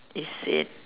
is said